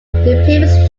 previous